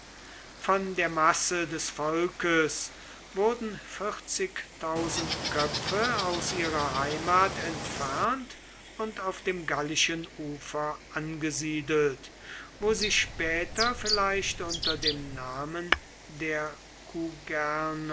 von der masse des volkes wurden vierzig köpfe aus ihrer heimat entfernt und auf dem gallischen ufer angesiedelt wo sie später vielleicht unter dem namen der